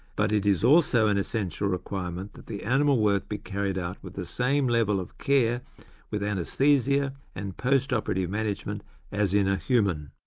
but it is also an essential requirement that the animal work be carried out with the same level of care with anaesthesia and post-operative management as in a human.